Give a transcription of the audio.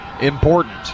important